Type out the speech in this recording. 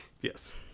Yes